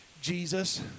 Jesus